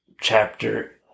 chapter